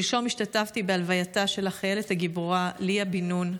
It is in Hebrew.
שלשום השתתפתי בהלווייתה של החיילת הגיבורה ליה בן נון.